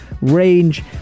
range